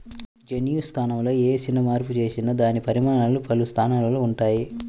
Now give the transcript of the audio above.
జన్యు స్థాయిలో ఏ చిన్న మార్పు చేసినా దాని పరిణామాలు పలు స్థాయిలలో ఉంటాయి